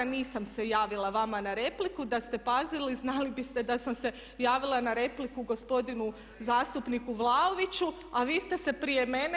Nisam se javila vama na repliku, da ste pazili, znali biste da sam se javila na repliku gospodinu zastupniku Vlaoviću a vi ste se prije mene.